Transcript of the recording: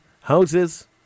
houses